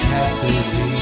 Cassidy